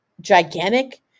gigantic